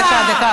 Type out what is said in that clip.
דקה, דקה.